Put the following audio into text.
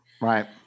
Right